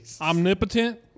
Omnipotent